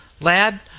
Lad